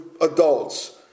adults